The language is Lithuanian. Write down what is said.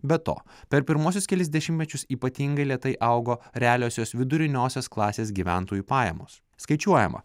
be to per pirmuosius kelis dešimtmečius ypatingai lėtai augo realiosios viduriniosios klasės gyventojų pajamos skaičiuojama